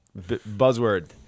Buzzword